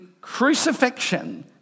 crucifixion